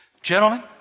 Gentlemen